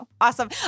Awesome